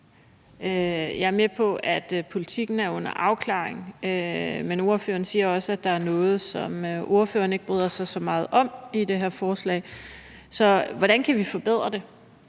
Jeg er med på, at politikken er under afklaring, men ordføreren siger også, at der er noget, som ordføreren ikke bryder sig så meget om i det her forslag. Så hvordan kan vi forbedre det?